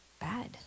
bad